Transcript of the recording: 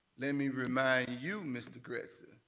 let me remind you, mr. gretsas,